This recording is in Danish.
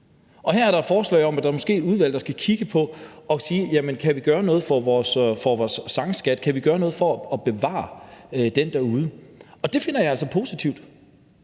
Og her er der et forslag om, at der måske er et udvalg, der skal kigge på, om vi kan gøre noget for vores sangskat, om vi kan gøre noget for at bevare den derude, og det finder jeg altså positivt,